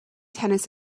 tennis